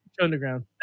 underground